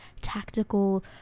tactical